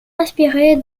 inspiré